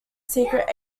secret